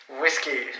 whiskey